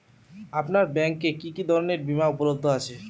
আপনার ব্যাঙ্ক এ কি কি ধরনের বিমা উপলব্ধ আছে?